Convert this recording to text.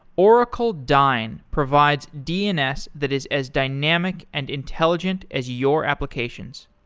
oracle dyn provides dns that is as dynamic and intelligent as your applications.